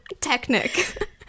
Technic